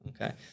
okay